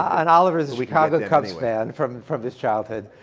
and oliver is a chicago cubs fan from from his childhood.